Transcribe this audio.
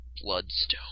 Bloodstone